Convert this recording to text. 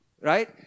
Right